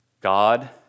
God